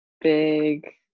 big